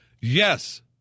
Yes